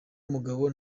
mugabo